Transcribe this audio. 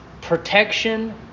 protection